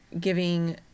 giving